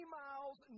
miles